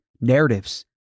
narratives